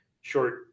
short